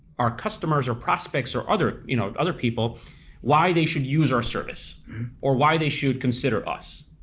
our customers or prospects or other you know other people why they should use our service or why they should consider us.